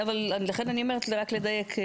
לכן אני אומרת, רק לדייק.